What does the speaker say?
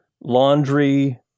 laundry